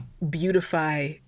beautify